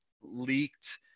leaked